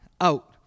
out